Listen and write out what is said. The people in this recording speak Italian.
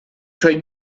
suoi